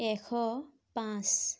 এশ পাঁচ